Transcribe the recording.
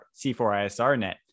C4ISRnet